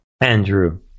Andrew